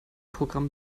programm